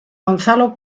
gonzalo